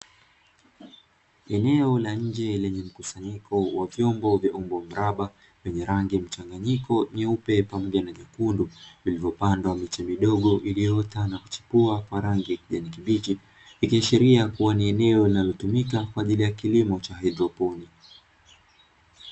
Eneo la nje lenye mkusanyiko wa vyombo vya umbo mraba vyenye rangi mchanganyiko nyeupe pamoja na nyekundu vilivyopandwa miche midogo iliyoota na kuchipua kwa rangi ya kijani kibichi, ikiashiria kuwa ni eneo linalotumika kwa ajili ya kilimo cha haidroponi.